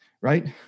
right